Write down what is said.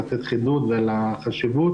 לתת חידוד על החשיבות.